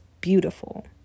beautiful